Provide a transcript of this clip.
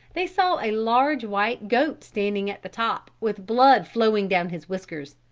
they saw a large white goat standing at the top with blood flowing down his whiskers.